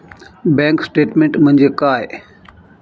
Bank statement म्हणजे काय?